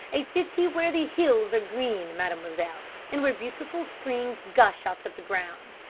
a city where the hills are green, mademoiselle, and where beautiful springs gush out of the ground,